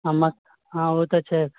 हम ओ तऽ छै